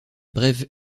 brève